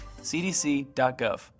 CDC.gov